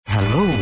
Hello